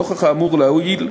נוכח האמור לעיל,